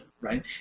right